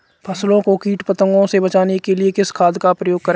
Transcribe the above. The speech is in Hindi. फसलों को कीट पतंगों से बचाने के लिए किस खाद का प्रयोग करें?